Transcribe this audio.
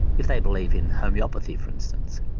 if they believe in homeopathy, for instance,